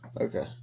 Okay